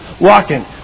walking